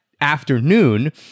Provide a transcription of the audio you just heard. afternoon